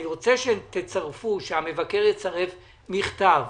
אני רוצה שהמבקר יצרף מכתב